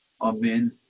Amen